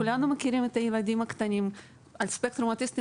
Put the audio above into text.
כולנו מכירים את הילדים הקטנים על הספקטרום האוטיסטי